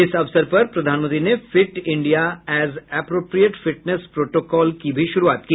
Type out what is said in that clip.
इस अवसर पर प्रधानमंत्री ने fit India age appropriate fitness protocol की भी शुरूआत की